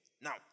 Now